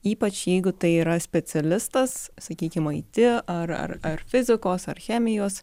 ypač jeigu tai yra specialistas sakykim it ar ar ar fizikos ar chemijos